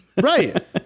right